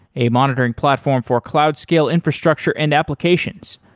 a monitoring platform for cloud scale infrastructure and applications.